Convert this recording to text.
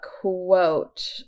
quote